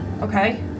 okay